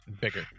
bigger